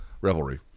Revelry